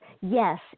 Yes